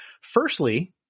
firstly –